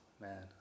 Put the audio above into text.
man